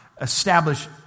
establish